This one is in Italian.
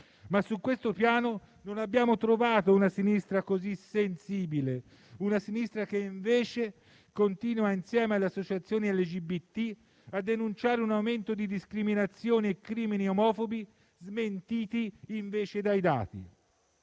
Ma su questo piano non abbiamo trovato una sinistra così sensibile. La sinistra, invece, continua insieme alle associazioni LGBT a denunciare un aumento di discriminazioni e crimini omofobi, smentiti invece dai dati;